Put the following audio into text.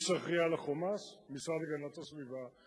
מי שאחראי לחומרים המסוכנים, המשרד להגנת הסביבה.